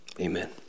Amen